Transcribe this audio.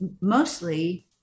mostly